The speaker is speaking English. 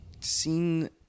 seen